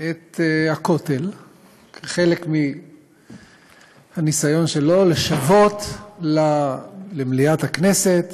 את הכותל זה חלק מהניסיון שלו לשוות למליאת הכנסת